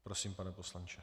Prosím, pane poslanče.